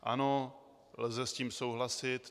Ano, lze s tím souhlasit.